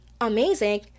amazing